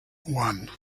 one